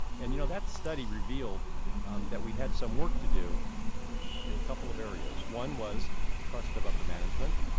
and you know, that study revealed that we had some work to do in a couple of areas. one was the trust of upper management,